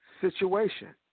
situation